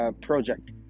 Project